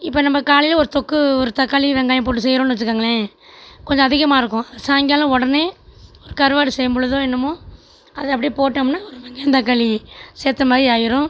இப்போ நம்ம காலையில் ஒரு தொக்கு ஒரு தக்காளி வெங்காயம் போட்டு செய்கிறோம்ன்னு வச்சுக்கோங்களேன் கொஞ்சம் அதிகமாக இருக்கும் சாயங்காலம் உடனே கருவாடு செய்யும் பொழுதோ என்னமோ அது அப்படியே போட்டோம்னால் வெங்காயம் தக்காளி சேர்த்த மாதிரி ஆயிடும்